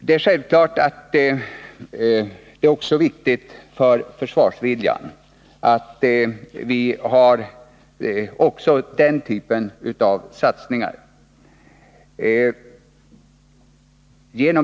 Det är självklart att det också är viktigt för försvarsviljan att vi gör denna typ av satsningar.